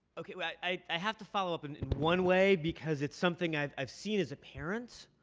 ok. i have to follow up in one way because it's something i've i've seen as a parent.